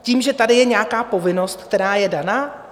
Tím, že tady je nějaká povinnost, která je daná?